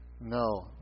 No